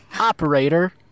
Operator